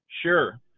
Sure